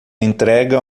entrega